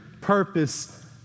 purpose